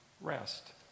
rest